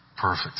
perfect